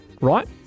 right